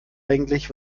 eigentlich